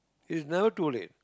it's never too late